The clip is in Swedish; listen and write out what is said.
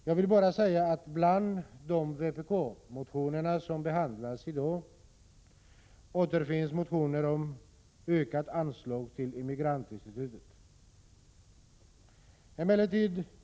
Jag vill bara säga att bland de vpk-motioner som behandlas i dag återfinns motioner om ökat anslag till Immigrantinstitutet.